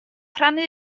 rhannu